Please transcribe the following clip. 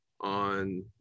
on